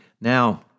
Now